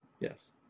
Yes